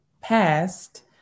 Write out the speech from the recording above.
passed